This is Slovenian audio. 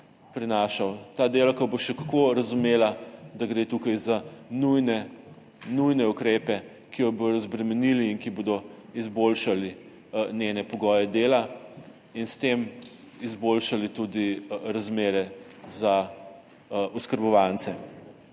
Ta delavka bo še kako razumela, da gre tukaj za nujne ukrepe, ki jo bodo razbremenili in ki bodo izboljšali njene pogoje dela in s tem izboljšali tudi razmere za oskrbovance.